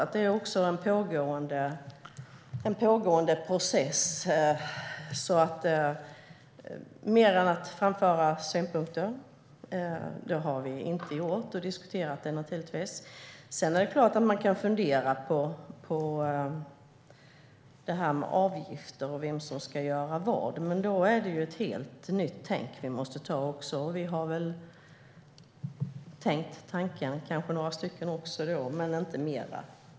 Det är också en pågående process. Vi har inte gjort mer än att vi har framfört synpunkter och diskuterat detta. Det är klart att man kan fundera på avgifter och vem som ska göra vad, men då är det ett helt nytt tänk vi måste ha. Vi är väl några som har tänkt tanken men inte mer.